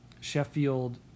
Sheffield